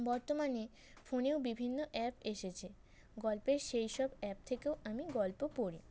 বর্তমানে ফোনেও বিভিন্ন অ্যাপ এসেছে গল্পের সেই সব অ্যাপ থেকেও আমি গল্প পড়ি